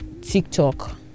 TikTok